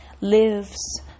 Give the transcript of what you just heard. lives